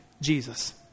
Jesus